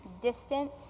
distant